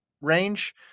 range